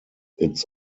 its